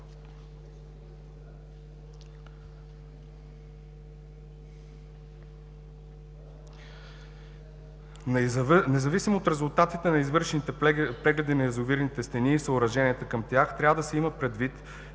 Независимо от резултатите на извършените прегледи на язовирните стени и съоръженията към тях трябва да се има предвид,